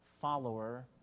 follower